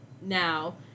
now